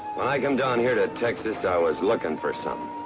when i came down here to texas, i was looking for something.